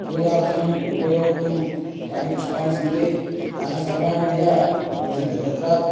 पूजार्थम् उपयोक्तुं यानि पुष्पानि सन्ति तानि सर्वाणि मया वर्ध्यन्ते तत्र